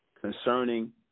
concerning